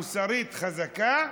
חזקה,